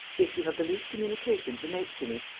if you have the least communication to make to me,